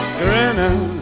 grinning